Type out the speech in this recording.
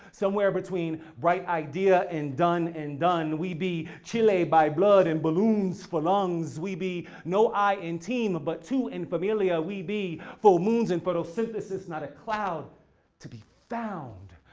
somewhere between bright idea and done and done. we be chile by blood, and balloons for lungs. we be no i in team, but two in familiar. we be full moons and photosynthesis. not a cloud to be found.